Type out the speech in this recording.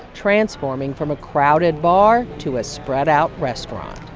transforming from a crowded bar to a spread-out restaurant.